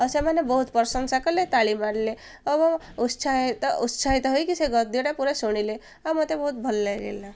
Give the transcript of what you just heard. ଆଉ ସେମାନେ ବହୁତ ପ୍ରଶଂସା କଲେ ତାଳି ମାରିଲେ ଆଉ ଉତ୍ସାହିତ ହୋଇକି ସେ ଗଦ୍ୟଟା ପୁରା ଶୁଣିଲେ ଆଉ ମତେ ବହୁତ ଭଲ ଲାଗିଲା